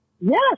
yes